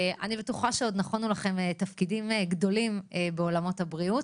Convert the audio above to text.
אני בטוחה שעוד נכונו לכם תפקידים גדולים בעולם הבריאות